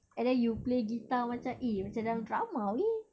and then you play guitar macam eh macam dalam drama eh